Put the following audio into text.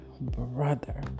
brother